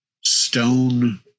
stone